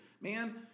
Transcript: Man